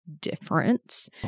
difference